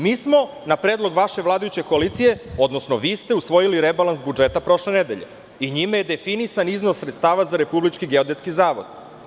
Mi smo na predlog vaše vladajuće koalicije, odnosno vi ste usvojili rebalans budžeta prošle nedelje i njime je definisan iznos sredstava za Republički geodetski zavod.